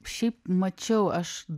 šiaip mačiau aš